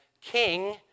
king